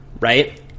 right